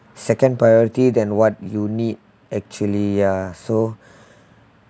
second priority than what you need actually ya so